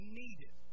needed